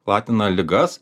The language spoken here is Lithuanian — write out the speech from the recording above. platina ligas